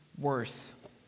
worth